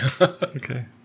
Okay